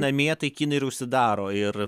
namie tai kinai ir užsidaro ir